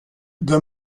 the